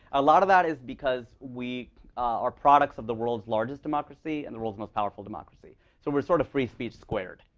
a lot of that is because we are products of the world's largest democracy and the world's most powerful democracy. so we're sort of free speech squared.